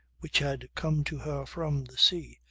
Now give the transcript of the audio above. which had come to her from the sea,